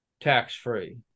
tax-free